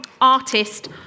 Artist